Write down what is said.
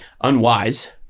unwise